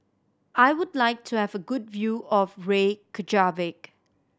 I would like to have a good view of Reykjavik